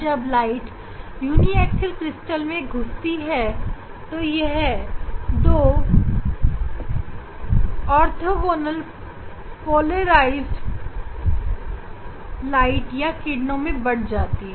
जब प्रकाश uniaxial crystal में घुसता है तो यह दो ऑर्थोंगोनल लीनियर पोलेराइज प्रकाश या किरण में बट जाता है